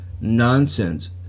nonsense